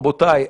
רבותיי,